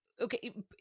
okay